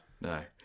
no